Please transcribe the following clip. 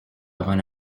avant